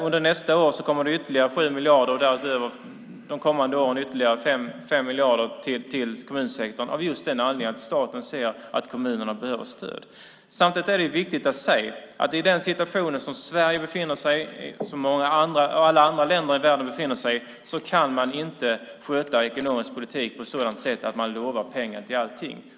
Under nästa år kommer det ytterligare 7 miljarder och de kommande åren ytterligare 5 miljarder till kommunsektorn, av just den anledningen att staten ser att kommunerna behöver stöd. Samtidigt är det viktigt att se att i den situation som Sverige och alla andra länder i världen befinner sig i kan man inte sköta ekonomisk politik på ett sådant sätt att man lovar pengar till allting.